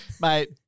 Mate